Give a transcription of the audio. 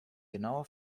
genaue